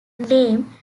name